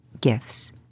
gifts